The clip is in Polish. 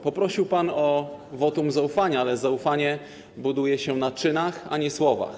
Poprosił pan o wotum zaufania, ale zaufanie buduje się na czynach, a nie słowach.